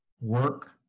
Work